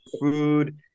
food